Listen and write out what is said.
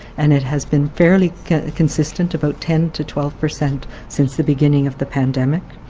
and it has been fairly consistent, about ten to twelve per cent since the beginning of the pandemic.